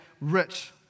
rich